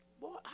Boy